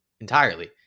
entirely